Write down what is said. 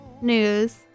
news